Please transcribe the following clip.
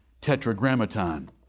tetragrammaton